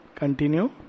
Continue